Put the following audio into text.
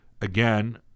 again